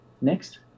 next